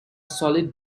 solid